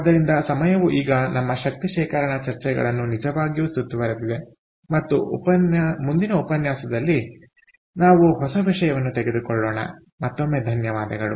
ಆದ್ದರಿಂದ ಸಮಯವು ಈಗ ನಮ್ಮ ಶಕ್ತಿ ಶೇಖರಣಾ ಚರ್ಚೆಗಳನ್ನು ನಿಜವಾಗಿಯೂ ಸುತ್ತುವರೆದಿದೆ ಮತ್ತು ಮುಂದಿನ ಉಪನ್ಯಾಸದಲ್ಲಿ ನಾವು ಹೊಸ ವಿಷಯವನ್ನು ತೆಗೆದುಕೊಳ್ಳೋಣ ಮತ್ತೊಮ್ಮೆ ಧನ್ಯವಾದಗಳು